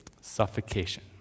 Suffocation